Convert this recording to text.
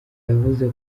yavuze